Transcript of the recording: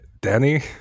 danny